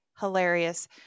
hilarious